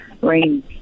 rain